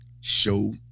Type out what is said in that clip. show